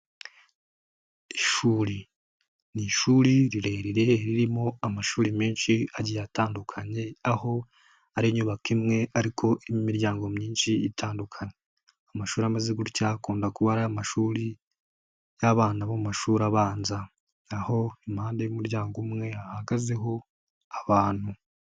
Ishuri. Ni ishuri rirerire ririmo amashuri menshi agiye atandukanye, aho ari inyubako imwe ariko imiryango myinshi itandukanye. Amashuri ameze gutya akunda kuba ari amashuri y'abana, aho impande y'umuryango umwe hagazeho abantu.